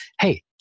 hey